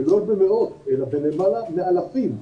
ולא במאות אלא בלמעלה מאלפים.